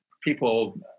people